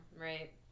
right